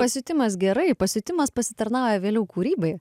pasiutimas gerai pasiutimas pasitarnauja vėliau kūrybai